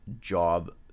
job